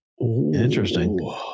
Interesting